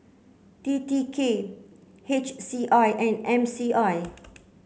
T T K H C I and M C I